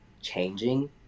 changing